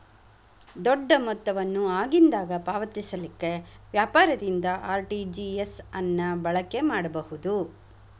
ದೊಡ್ಡ ಮೊತ್ತವನ್ನು ಆಗಿಂದಾಗ ಪಾವತಿಸಲಿಕ್ಕೆ ವ್ಯಾಪಾರದಿಂದ ಆರ್.ಟಿ.ಜಿ.ಎಸ್ ಅನ್ನ ಬಳಕೆ ಮಾಡಬಹುದು